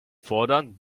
fordern